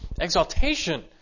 exaltation